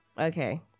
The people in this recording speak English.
Okay